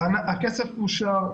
הכסף אושר,